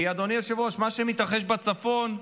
כי אדוני היושב-ראש, מה שמתרחש בצפון,